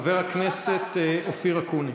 חבר הכנסת אופיר אקוניס.